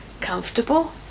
comfortable